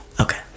Okay